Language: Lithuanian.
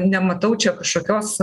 nematau čia kažkokios